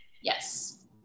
Yes